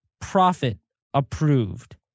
profit-approved